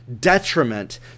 detriment